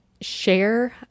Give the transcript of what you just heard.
share